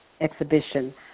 exhibition